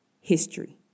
history